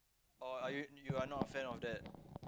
or are you you are not a fan of that